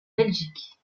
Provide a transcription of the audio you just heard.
belgique